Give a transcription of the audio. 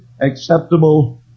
Acceptable